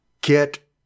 get